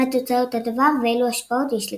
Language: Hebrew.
מה תוצאות הדבר ואילו השפעות יש לכך.